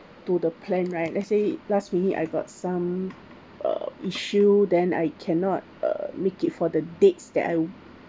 to the plan right let's say last minute I got some uh issue then I cannot uh make it for the dates that I